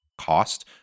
cost